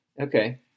Okay